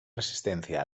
resistencia